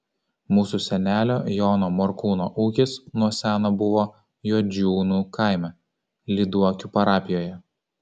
mūsų senelio jono morkūno ūkis nuo seno buvo juodžiūnų kaime lyduokių parapijoje